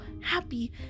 happy